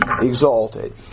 exalted